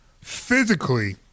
physically